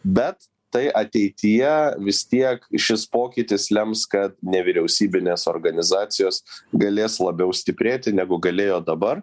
bet tai ateityje vis tiek šis pokytis lems kad nevyriausybinės organizacijos galės labiau stiprėti negu galėjo dabar